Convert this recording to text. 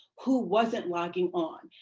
who wasn't logging on.